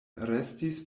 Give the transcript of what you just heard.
restis